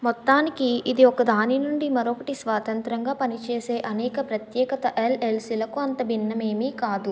మొత్తానికి ఇది ఒకదాని నుండి మరొకటి స్వాతంత్రంగా పనిచేసే అనేక ప్రత్యేకత ఎల్ఎల్సీలకు అంత భిన్నమేమీ కాదు